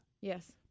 Yes